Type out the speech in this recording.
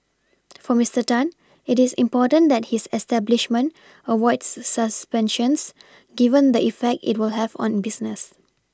for Mister Tan it is important that his establishment avoids suspensions given the effect it will have on business